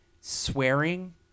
swearing